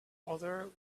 other